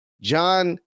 John